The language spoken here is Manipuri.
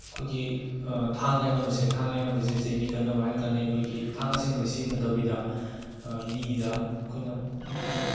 ꯑꯩꯈꯣꯏꯒꯤ ꯊꯥꯡ ꯌꯥꯟꯅꯕꯁꯦ ꯊꯥꯡ ꯌꯥꯟꯅꯕꯁꯦ ꯆꯩꯕꯤ ꯀꯟꯅꯕ ꯍꯥꯏꯅ ꯈꯪꯅꯩ ꯑꯩꯈꯣꯏꯒꯤ ꯊꯥꯡ ꯑꯁꯦꯡꯕꯗꯤ ꯁꯤꯖꯤꯟꯅꯗꯕꯤꯗ ꯂꯤꯗ ꯑꯩꯈꯣꯏꯅ